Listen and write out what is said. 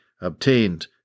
obtained